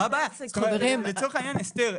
לצורך העניין אסתר,